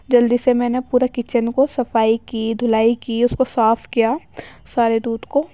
جلدی سے میں نے پورے کچن کو صفائی کی دھلائی کی اس کو صاف کیا سارے دودھ کو